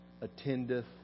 attendeth